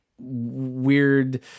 weird